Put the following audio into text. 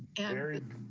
eric